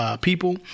people